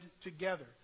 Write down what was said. together